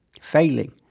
failing